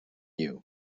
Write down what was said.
you